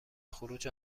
خروج